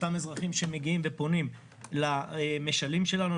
אותם אזרחים שמגיעים ופונים למש"לים שלנו,